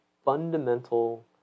Fundamental